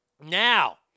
Now